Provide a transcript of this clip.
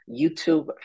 YouTube